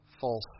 false